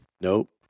Nope